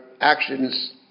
actions